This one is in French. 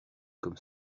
comme